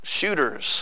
shooters